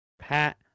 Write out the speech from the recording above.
Pat